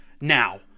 Now